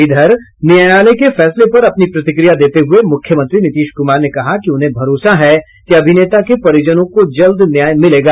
इधर न्यायालय के फैसले पर अपनी प्रतिक्रिया देते हुए मुख्यमंत्री नीतीश कुमार ने कहा कि उन्हें भरोसा है कि अभिनेता के परिजनों को जल्द न्याय मिलेगा